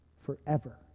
Forever